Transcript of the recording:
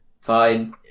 Fine